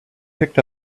picked